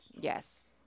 Yes